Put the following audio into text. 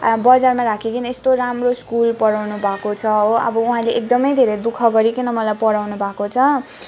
बजारमा राखिकन यस्तो राम्रो स्कुल पढाउनुभएको छ हो अब उहाँले एकदमै धेरै दुख गरिकन मलाई पढाउनु भएको छ